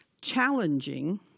challenging